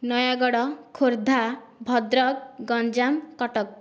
Nayagarh Khordha Bhadrak Ganjam Cuttack